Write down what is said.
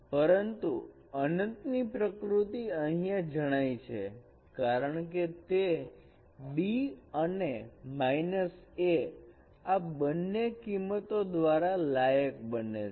પરંતુ અનંત ની પ્રકૃતિ અહીંયા જણાય છે કારણકે તે b અને a આ બંને કિંમતો દ્વારા લાયક બને છે